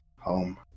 home